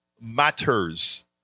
matters